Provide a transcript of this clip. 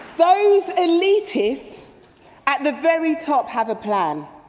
those elitists at the very top have a plan.